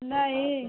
नहीं